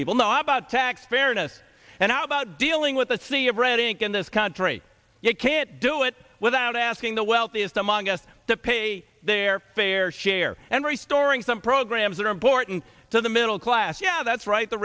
people not about tax fairness and how about dealing with a sea of red ink in this country you can't do it without asking the wealthiest among us to pay their fair share and re storing some programs that are important to the middle class yeah that's right the